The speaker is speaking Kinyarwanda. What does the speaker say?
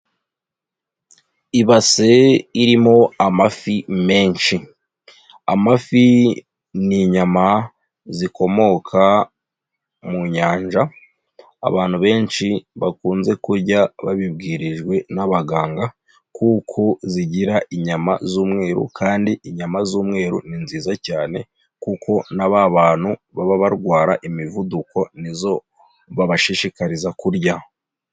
Ibase irimo amafi menshi, amafi n'inyama zikomoka mu nyanja, abantu benshi bakunze kurya babibwirijwe n'abaganga kuko zigira inyama z'umweru kandi inyama z'umweru ni nziza cyane kuko na ba bantu baba barwara imivuduko nizo babashishikariza kurya.